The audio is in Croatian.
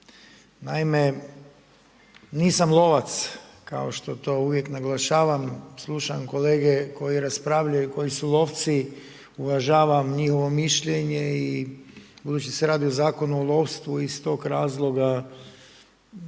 Naime, nisam lovac kao što to uvijek naglašavam, slušam kolege koji raspravljaju, koji su lovci, uvažavam njihovo mišljenje i budući da se radi o Zakonu o lovstvu, iz tog razloga